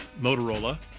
Motorola